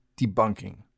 debunking